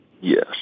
Yes